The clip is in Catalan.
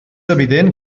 evident